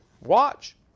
Watch